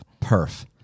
Perf